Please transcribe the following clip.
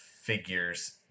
figures